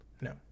No